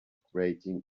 grating